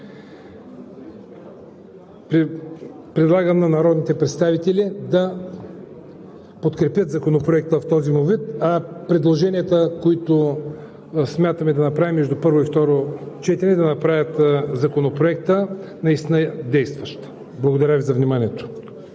Предлагам на народните представители да подкрепят Законопроекта в този му вид, а предложенията, които смятаме да направим между първо и второ четене, да направят Законопроекта наистина действащ. Благодаря Ви за вниманието.